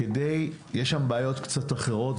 יש שם בעיות קצת אחרות,